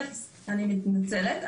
אני מתנצלת,